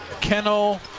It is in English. Kennel